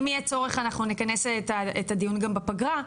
אם יהיה צורך אנחנו נכנס את הדיון גם בפגרה,